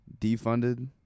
defunded